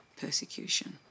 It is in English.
persecution